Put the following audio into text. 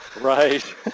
Right